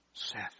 Seth